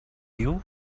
you